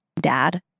dad